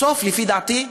בסוף, לפי דעתי,